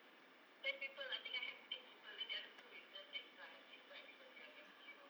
ten people I think I have eight people then the other two is just extra I have to invite because they are family you know